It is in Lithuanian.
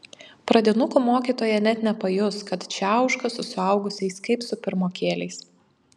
pradinukų mokytoja net nepajus kad čiauška su suaugusiais kaip su pirmokėliais